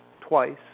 twice